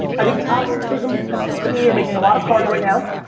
i think thomson prism and panini, are making a lot of cards right now.